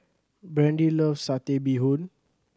Brandy loves Satay Bee Hoon